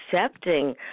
accepting